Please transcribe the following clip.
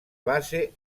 base